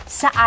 sa